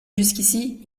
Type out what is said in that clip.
jusqu’ici